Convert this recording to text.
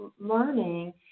learning